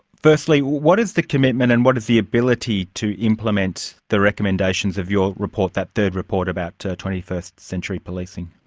firstly, what is the commitment and what is the ability to implement the recommendations of your report, that third report about twenty first century policing?